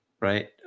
right